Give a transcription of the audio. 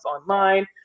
online